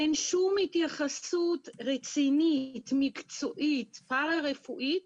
אין שום התייחסות רצינית, מקצועית, פרא-רפואית